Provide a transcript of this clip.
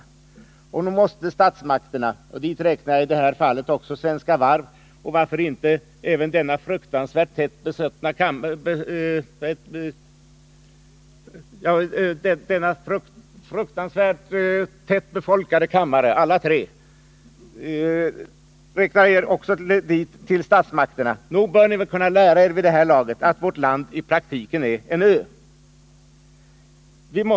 Nog måste statsmakterna, och dit räknar jag i detta fall också Svenska Varv — och varför inte till statsmakterna räkna även denna fruktansvärt tätt befolkade kammare, alla tre — vid det här laget ha kunnat lära sig att vårt land i själva verket är en ö.